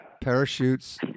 Parachutes